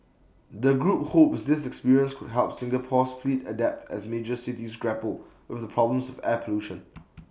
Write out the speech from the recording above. the group hopes this experience could help Singapore's fleet adapt as major cities grapple with the problem of air pollution